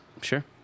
Sure